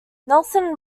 nelson